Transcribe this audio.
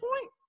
point